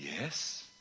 yes